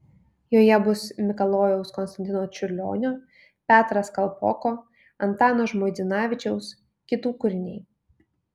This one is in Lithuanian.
joje bus mikalojaus konstantino čiurlionio petras kalpoko antano žmuidzinavičiaus kitų kūriniai